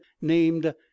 named